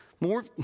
more